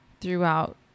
throughout